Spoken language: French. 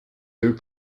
deux